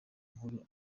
nkuru